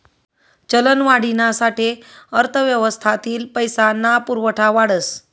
चलनवाढीना साठे अर्थव्यवस्थातील पैसा ना पुरवठा वाढस